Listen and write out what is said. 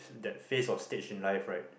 that phase of stage in life right